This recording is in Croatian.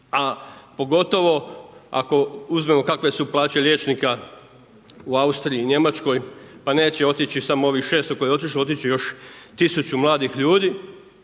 a pogotovo ako uzmemo kakve su plaće liječnika u Austriji, Njemačkoj, pa neće otići samo ovih 600 koje je otišlo, otići će još 1000 mladih ljudi,